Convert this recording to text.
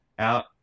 out